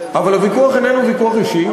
אבל הוויכוח איננו ויכוח אישי,